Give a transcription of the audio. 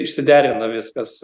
išsiderina viskas